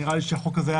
נראה לי שהחוק הזה,